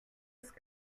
ist